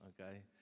okay